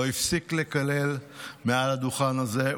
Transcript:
לא הפסיק לקלל מעל הדוכן הזה,